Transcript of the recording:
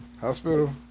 Hospital